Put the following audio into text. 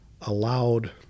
allowed